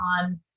on